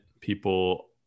people